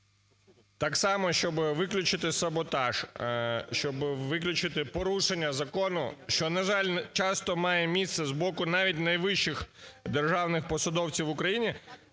Так само, щоби виключити саботаж, щоби виключити порушення закону, що, на жаль, часто має місце з боку навіть найвищих державних посадовців в Україні,